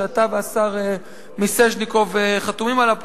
שאתה והשר מיסז'ניקוב חתומים עליו.